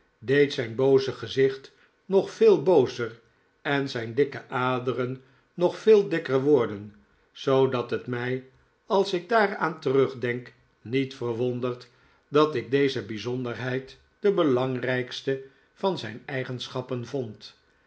deed zijn booze gezicht nog veel boozer en zijn dikke aderen nog veel dikker worden zoo dat het mij als ik daaraan terugdenk niet verwondert dat ik deze bijzonderheid de belangrijkste van zijn eigenschappen vond